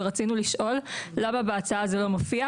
ורצינו לשאול למה בהצעה זה לא מופיע?